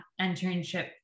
internship